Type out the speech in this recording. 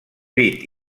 pit